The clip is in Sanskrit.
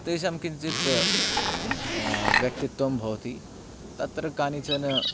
तेषां किञ्चित् व्यक्तित्वं भवति तत्र कानिचन